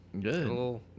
Good